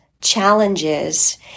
challenges